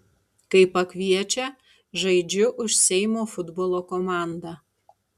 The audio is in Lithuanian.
kai pakviečia žaidžiu už seimo futbolo komandą